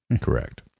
correct